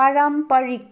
पारम्परिक